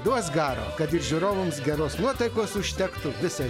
duos garo kad ir žiūrovams geros nuotaikos užtektų visai